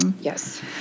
Yes